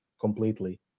completely